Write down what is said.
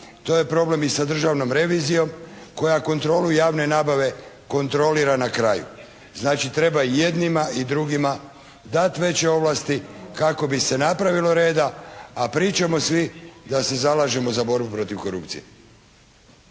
To je problem i sa Državnom revizijom koja kontrolu javne nabave kontrolira na kraju. Znači treba jednima i drugima dati veće ovlasti kako bi se napravilo reda a pričamo svi da se zalažemo za borbu protiv korupcije.